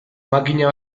makina